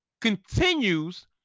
continues